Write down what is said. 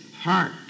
heart